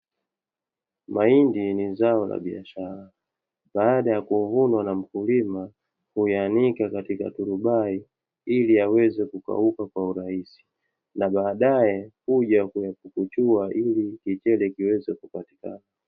Mahindi ni zao la biashara, baada ya kuvunwa na mkulima huyaanika katika turubai ili yaweze kukauka kwa urahisi, na badaye huweza kuyapukuchua ili chakula kiweze kupatikana.